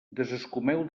desescumeu